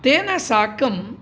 तेन साकम्